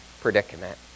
predicament